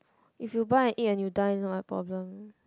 if you but and you eat and you die not my problem